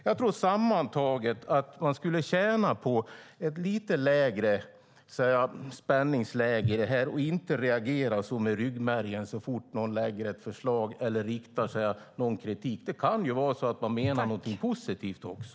Jag tror att man sammantaget skulle tjäna på ett lite lägre spänningsläge och inte reagera med ryggmärgen så fort någon lägger fram ett förslag eller framför kritik. Det kan vara så att man menar något positivt också.